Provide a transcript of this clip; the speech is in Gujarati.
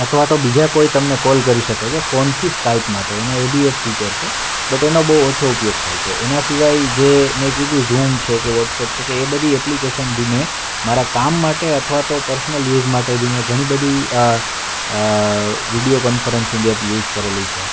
અથવા તો બીજા કોઈ તમને કોલ કરી શકે છે ફોનથી સ્કાઈપમાં તો એનો એ બી એક ફિચર છે બટ એનો બહુ ઓછો ઉપયોગ થાય છે એના સિવાય જે મેં કીધું ઝૂમ છે કે વોટ્સએપ છે કે એ બધી એપ્લિકેશન બી મેં મારા કામ માટે અથવા તો પર્સનલ યુઝ માટે બી મેં ઘણી બધી વિડિયો કોન્ફરન્સિંગ એપ યુઝ કરેલી છે